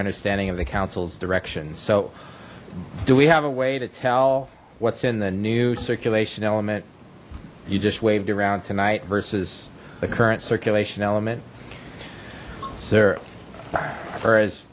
understanding of the council's direction so do we have a way to tell what's in the new circulation element you just waved around tonight versus the current